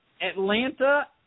Atlanta